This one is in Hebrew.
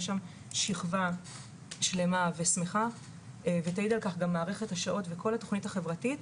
יש שם שכבה שלמה ושמחה ותעיד על כך גם מערכת השעות וכל התוכנית החברתית,